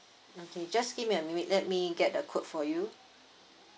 okay just give me a minute let me get a quote for you